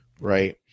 Right